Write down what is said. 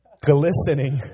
glistening